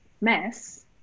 mess